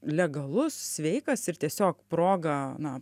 legalus sveikas ir tiesiog proga na